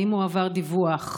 2. האם הועבר דיווח?